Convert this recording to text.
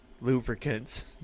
lubricants